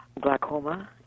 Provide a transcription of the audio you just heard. glaucoma